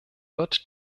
wird